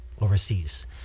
overseas